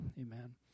Amen